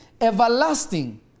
Everlasting